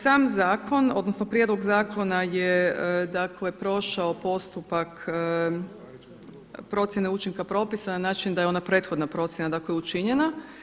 Sam zakon, odnosno prijedlog zakona je dakle prošao postupak procjene učinka propisa na način da je ona prethodna procjena, dakle učinjena.